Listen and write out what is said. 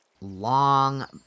long